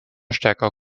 stärker